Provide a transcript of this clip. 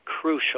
crucial